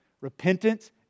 Repentance